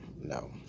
no